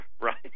Right